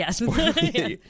Yes